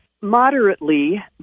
Moderately